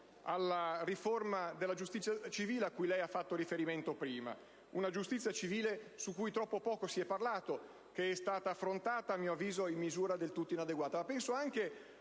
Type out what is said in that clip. alla riforma della giustizia civile a cui lei ha fatto riferimento prima. Una giustizia civile di cui troppo poco si è parlato, affrontata, a mio avviso, in misura del tutto inadeguata nella